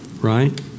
right